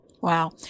Wow